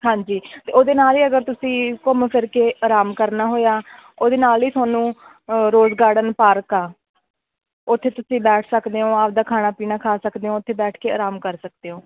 ਹਾਂਜੀ ਅਤੇ ਉਹਦੇ ਨਾਲ ਹੀ ਅਗਰ ਤੁਸੀਂ ਘੁੰਮ ਫਿਰ ਕੇ ਆਰਾਮ ਕਰਨਾ ਹੋਇਆ ਉਹਦੇ ਨਾਲ ਹੀ ਤੁਹਾਨੂੰ ਰੋਜ਼ ਗਾਰਡਨ ਪਾਰਕ ਆ ਉੱਥੇ ਤੁਸੀਂ ਬੈਠ ਸਕਦੇ ਹੋ ਆਪਣਾ ਖਾਣਾ ਪੀਣਾ ਖਾ ਸਕਦੇ ਹੋ ਉੱਥੇ ਬੈਠ ਕੇ ਆਰਾਮ ਕਰ ਸਕਦੇ ਹੋ